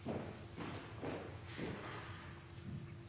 skal vi